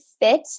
fit